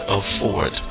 afford